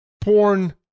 porn